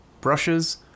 brushes